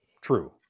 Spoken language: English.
true